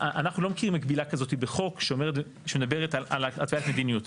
אנחנו לא מכירים מקבילה כזאת בחוק שמדברת על הצעת מדיניות.